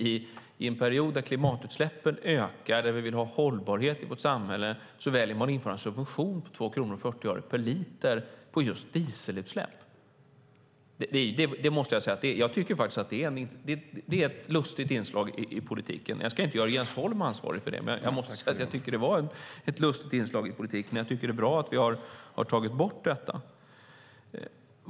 I en period då klimatutsläppen ökar, då vi vill ha hållbarhet i vårt samhälle väljer man att införa en subvention på 2 kronor och 40 öre per liter på just dieselutsläpp. Det måste jag säga att jag faktiskt tycker är ett lustigt inslag i politiken. Jag ska inte göra Jens Holm ansvarig för det, men jag måste säga att jag tycker att det var ett lustigt inslag i politiken. Jag tycker att det är bra att vi har tagit bort detta.